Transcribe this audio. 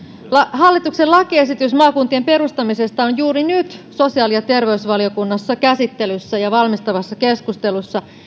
hallituksen lakiesitys maakuntien perustamisesta on juuri nyt sosiaali ja terveysvaliokunnassa käsittelyssä ja valmistavassa keskustelussa